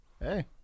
hey